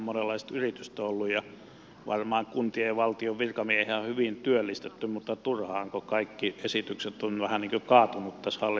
monenlaista yritystä on ollut ja varmaan kuntien ja valtion virkamiehiä on hyvin työllistetty mutta turhaan kun kaikki esitykset ovat vähän niin kuin kaatuneet tässä hallituskauden mukana